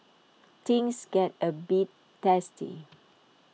things get A bit testy